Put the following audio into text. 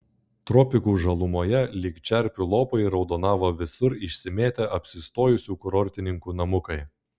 tropikų žalumoje lyg čerpių lopai raudonavo visur išsimėtę apsistojusių kurortininkų namukai